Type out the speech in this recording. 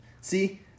See